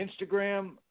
Instagram